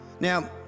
Now